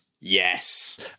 yes